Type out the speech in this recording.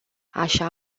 așa